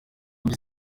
mbi